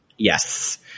yes